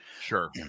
sure